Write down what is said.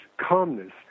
calmness